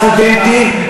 בסטודנטים,